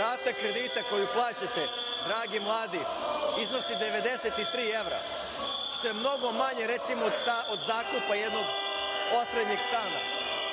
rata kredita koju plaćate dragi mladi, iznosi 93 evra, što je mnogo manje od zakupa jednog osrednjeg stana.